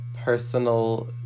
personal